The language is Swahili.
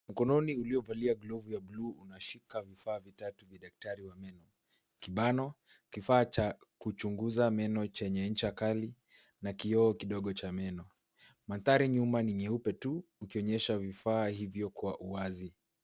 Mkononi uliovalia glovu ya bluu unashika vifaa vitatu vya daktari wa meno, kibano, kifaa cha kuchunguza meno chenye ncha kali na kioo kidogo cha meno. Mandhari nyuma ni nyeupe tu ukionyesha vifaa hivyo kwa uwazi.